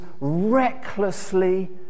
recklessly